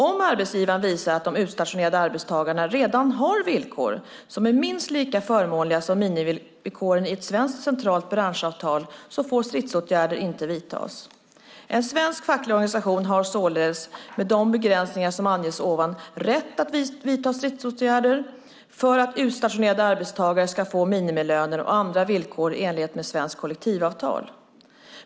Om arbetsgivaren visar att de utstationerade arbetstagarna redan har villkor som är minst lika förmånliga som minimivillkoren i ett svenskt centralt branschavtal får stridsåtgärder inte vidtas. En svensk facklig organisation har således med de begränsningar som anges ovan rätt att vidta stridsåtgärder för att utstationerade arbetstagare ska få minimilöner och andra villkor i enlighet med svenskt kollektivavtal.